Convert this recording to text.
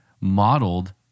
modeled